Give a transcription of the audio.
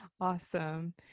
Awesome